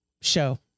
show